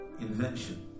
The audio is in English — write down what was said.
invention